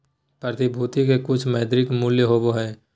प्रतिभूति के कुछ मौद्रिक मूल्य होबो हइ